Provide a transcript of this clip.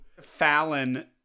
Fallon